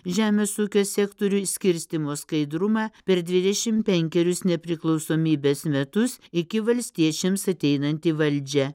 žemės ūkio sektoriui skirstymo skaidrumą per dvidešim penkerius nepriklausomybės metus iki valstiečiams ateinant į valdžią